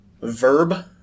Verb